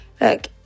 Look